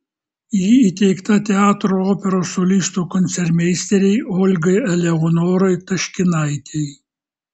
ji įteikta teatro operos solistų koncertmeisterei olgai eleonorai taškinaitei